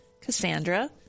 Cassandra